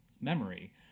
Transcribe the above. memory